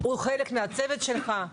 הוא חלק מהצוות שלך?